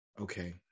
okay